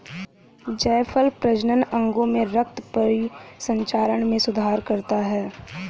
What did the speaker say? जायफल प्रजनन अंगों में रक्त परिसंचरण में सुधार करता है